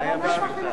אדוני היושב-ראש,